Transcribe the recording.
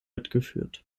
mitgeführt